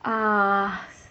uh